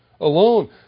alone